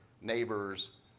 neighbor's